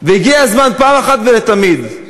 הגיע הזמן, פעם אחת ולתמיד,